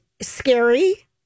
scary